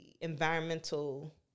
environmental